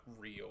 real